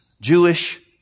Jewish